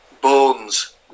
bones